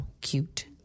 cute